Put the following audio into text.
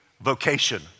vocation